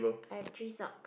I have three sock